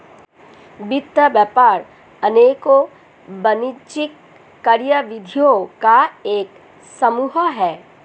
वित्त व्यापार अनेकों वाणिज्यिक कार्यविधियों का एक समूह है